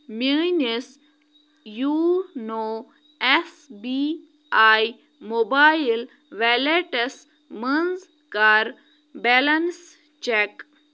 میٛٲنِس YONO S B I mobile ویلیٹَس منٛز کَر بیلَنٕس چٮ۪ک